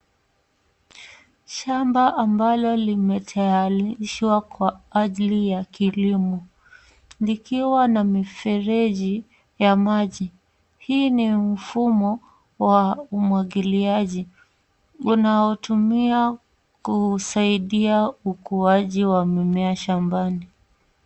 Shamba ambalo limetayarishwa kwa ajili ya kilimo. likiwa na mifereji ya maji. Hii ni ya mfumo wa umwagiliaji unaotumia kusaidia ukuaji wa mimea shambani.